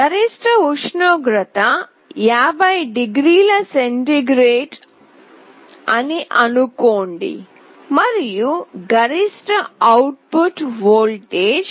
గరిష్ట ఉష్ణోగ్రత 50 డిగ్రీల సెంటీగ్రేడ్ అని అనుకొండి మరియు గరిష్ట అవుట్ పుట్ వోల్టేజ్ 0